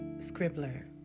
Scribbler